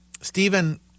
Stephen